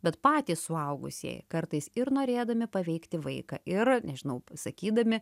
bet patys suaugusieji kartais ir norėdami paveikti vaiką ir nežinau sakydami